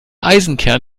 eisenkern